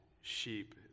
sheep